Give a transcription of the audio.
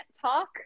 talk